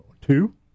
Two